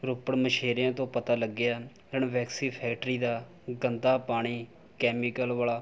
ਰੋਪੜ ਮਛੇਰਿਆਂ ਤੋਂ ਪਤਾ ਲੱਗਿਆ ਰਣਵੈਕਸੀ ਫੈਕਟਰੀ ਦਾ ਗੰਦਾ ਪਾਣੀ ਕੈਮੀਕਲ ਵਾਲਾ